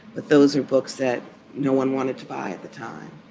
but those are books that no one wanted to buy at the time.